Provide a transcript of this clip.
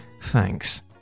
thanks